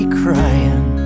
crying